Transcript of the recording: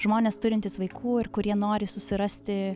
žmonės turintys vaikų ir kurie nori susirasti